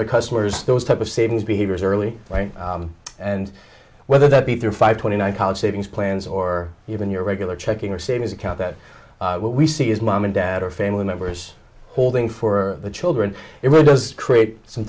our customers those type of savings behaviors early and whether that be through five twenty nine college savings plans or even your regular checking or savings account that we see as mom and dad or family members holding for the children it really does create some